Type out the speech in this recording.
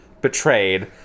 betrayed